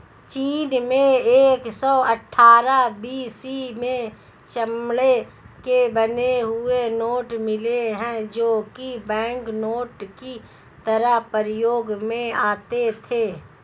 चीन में एक सौ अठ्ठारह बी.सी में चमड़े के बने हुए नोट मिले है जो की बैंकनोट की तरह प्रयोग में आते थे